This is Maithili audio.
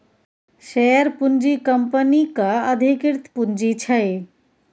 शेयर पूँजी कंपनीक अधिकृत पुंजी छै